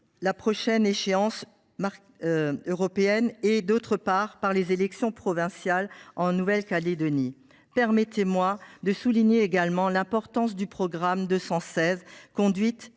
la prochaine échéance européenne et, d’autre part, par la tenue des élections provinciales en Nouvelle Calédonie. Permettez moi de souligner également l’importance du programme 216 « Conduite